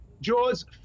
Jaws